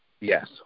Yes